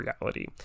reality